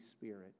Spirit